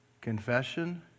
Confession